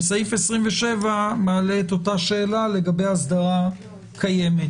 וסעיף 27 מעלה את אותה שאלה לגבי אסדרה קיימת.